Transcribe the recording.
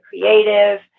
creative